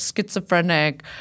schizophrenic